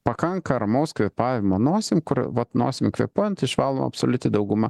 pakanka ramaus kvėpavimo nosim kur vat nosimi kvėpuojant išvaloma absoliuti dauguma